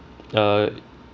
uh